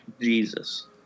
Jesus